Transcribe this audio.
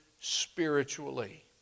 spiritually